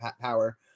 power